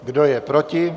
Kdo je proti?